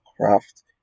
craft